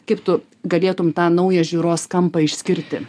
kaip tu galėtum tą naują žiūros kampą išskirti